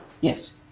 Yes